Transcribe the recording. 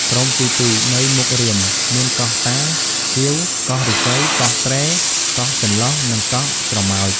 ក្រុមទីពីរ នៅមុខរាម មានកោះតា កៀវ កោះឫស្សី កោះត្រែ កោះចន្លុះ និងកោះស្រមោច។